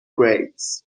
grades